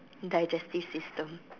digestive system